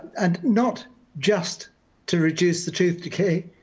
and not just to reduce the tooth decay,